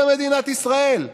במדינת ישראל?